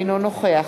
אינו נוכח